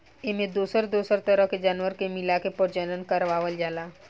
एमें दोसर दोसर तरह के जानवर के मिलाके प्रजनन करवावल जाला